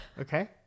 Okay